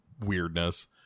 weirdness